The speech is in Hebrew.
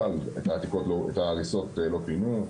אבל את ההריסות לא פינו,